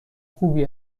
خوبی